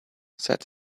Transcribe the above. said